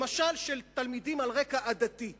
למשל של תלמידים על רקע עדתי משפחתי,